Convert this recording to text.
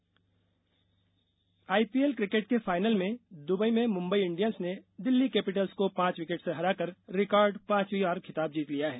IPL IPL cricket के final में Dubai में मुम्बई इंडियन्स ने दिल्ली कैपिटल्स को पांच विकेट से हराकर रिकार्ड पांचवी बार खिताब जीत लिया है